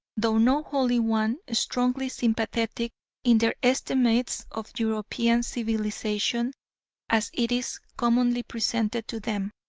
though not wholly one, strongly sympathetic in their estimates of european civilisation as it is commonly presented to them.